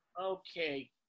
Okay